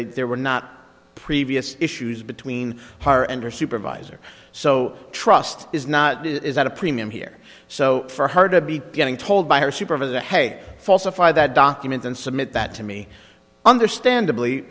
there were not previous issues between her and her supervisor so trust is not is at a premium here so for her to be getting told by her supervisor hey falsify that document and submit that to me understandably